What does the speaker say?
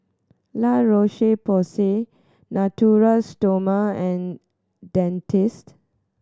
La Roche Porsay Natura Stoma and Dentiste